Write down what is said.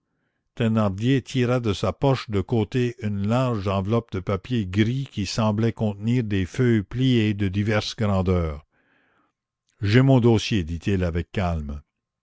thénardier tira de sa poche de côté une large enveloppe de papier gris qui semblait contenir des feuilles pliées de diverses grandeurs j'ai mon dossier dit-il avec calme